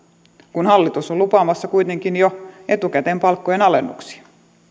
kun hallitus on lupaamassa kuitenkin jo etukäteen palkkojen alennuksia